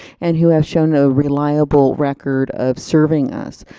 and who have shown a reliable record of serving us.